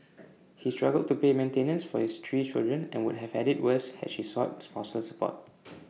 he struggled to pay maintenance for his three children and would have had IT worse had she sought spousal support